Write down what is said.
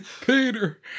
Peter